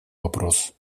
вопрос